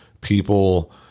people